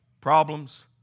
problems